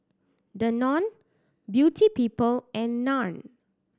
Danone Beauty People and Nan